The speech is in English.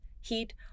heat